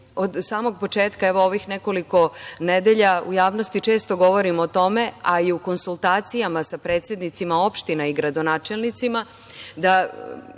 samog početka, evo, ovih nekoliko nedelja, u javnosti često govorimo o tome, a i u konsultacijama sa predsednicima opština i gradonačelnicima, da